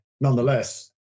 nonetheless